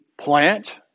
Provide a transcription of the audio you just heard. plant